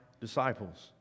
disciples